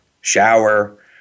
shower